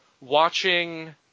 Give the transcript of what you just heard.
Watching